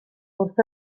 wrth